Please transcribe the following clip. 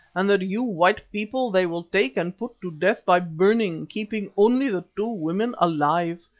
and that you white people they will take and put to death by burning, keeping only the two women alive.